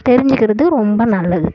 தெரிஞ்சுக்கிறது ரொம்ப நல்லது